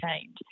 change